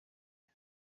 iyo